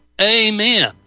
amen